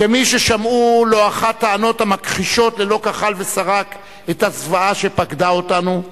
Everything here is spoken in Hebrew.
כמי ששמעו לא אחת טענות המכחישות ללא כחל ושרק את הזוועה שפקדה אותנו,